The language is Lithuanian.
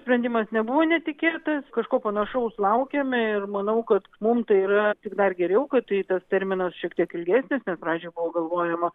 sprendimas nebuvo netikėtas kažko panašaus laukėme ir manau kad mum tai yra tik dar geriau kad tai tas terminas šiek tiek ilgesnis nes pradžiai buvo galvojama